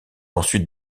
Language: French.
ensuite